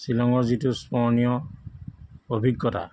শ্বিলঙৰ যিটো স্মৰণীয় অভিজ্ঞতা